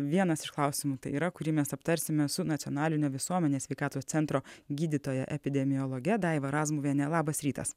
vienas iš klausimų tai yra kurį mes aptarsime su nacionalinio visuomenės sveikatos centro gydytoja epidemiologe daiva razmuviene labas rytas